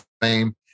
fame